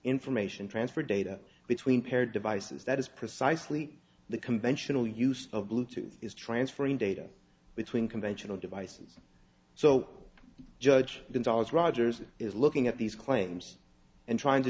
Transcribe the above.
information transfer data between paired devices that is precisely the conventional use of bluetooth is transferring data between conventional devices so judge gonzales rogers is looking at these claims and t